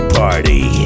party